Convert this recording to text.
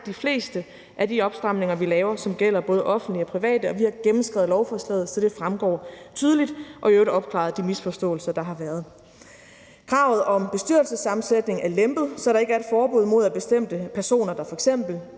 de fleste af de opstramninger, vi laver, gælder både offentlige og private, og vi har gennemskrevet lovforslaget, så det fremgår tydeligt, og i iøvrigt opklaret de misforståelser, der har været. Kravet om bestyrelsessammensætning er lempet, så der ikke er et forbud mod, at bestemte personer, der